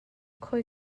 khoi